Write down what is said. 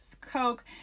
Coke